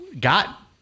got